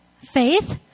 faith